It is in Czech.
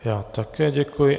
Já také děkuji.